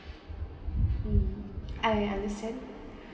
mm I understand